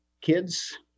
kids